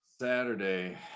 Saturday